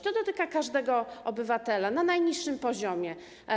To dotyka każdego obywatela, na najniższym poziomie.